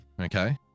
okay